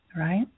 right